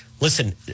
listen